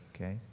okay